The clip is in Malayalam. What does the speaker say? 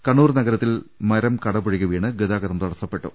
കണ്ണൂർ നഗരത്തിൽ മരം കടപുഴകി വീണ് ഗതാ ഗതം തടസ്സപ്പെട്ടു